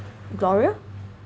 Gloria